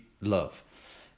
love